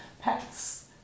pets